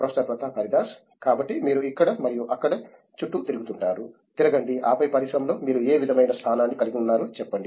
professor Pratap Haridas కాబట్టి మీరు ఇక్కడ మరియు అక్కడ చుట్టూ తిరుగుతుంటారు తిరగండి ఆపై పరిశ్రమలో మీరు ఏ విధమైన స్థానాన్ని కలిగి ఉన్నారో చెప్పండి